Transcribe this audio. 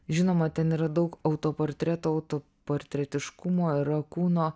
žinoma ten yra daug autoportretų auto portretiškumo yra kūno